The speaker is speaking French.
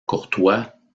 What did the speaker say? courtois